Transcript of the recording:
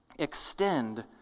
extend